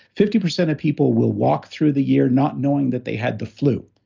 fifty percent of people will walk through the year not knowing that they had the flu.